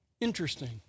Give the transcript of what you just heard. Interesting